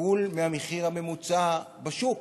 כפול מהמחיר הממוצע בשוק